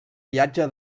viatge